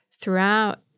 throughout